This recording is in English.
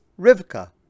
Rivka